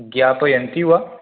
ज्ञापयन्ति वा